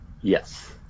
Yes